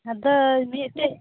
ᱟᱫᱚ ᱢᱤᱫᱴᱮᱱ